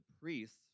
priests